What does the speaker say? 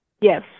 Yes